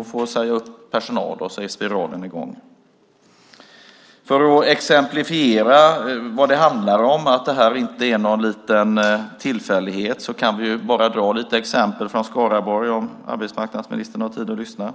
att få säga upp personal. Spiralen är i gång. För att belysa vad det handlar om och visa att det här inte är någon liten tillfällighet kan vi dra lite exempel från Skaraborg om arbetsmarknadsministern har tid att lyssna.